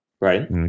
right